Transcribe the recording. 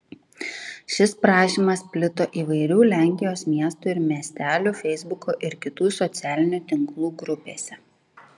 šis prašymas plito įvairių lenkijos miestų ir miestelių feisbuko ir kitų socialinių tinklų grupėse